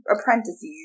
apprentices